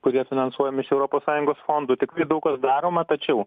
kurie finansuojami iš europos sąjungos fondų tikrai daug kas daroma tačiau